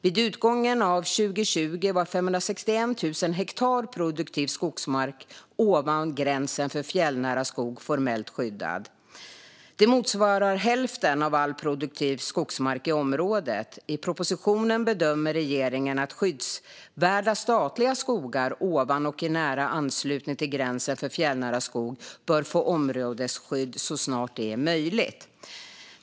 Vid utgången av 2020 var 561 000 hektar produktiv skogsmark ovan gränsen för fjällnära skog formellt skyddad. Det motsvarar hälften av all produktiv skogsmark i området. I propositionen bedömer regeringen att skyddsvärda statliga skogar ovan och i nära anslutning till gränsen för fjällnära skog bör få områdesskydd så snart det är möjligt.